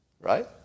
right